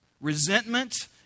resentment